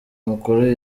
mukuru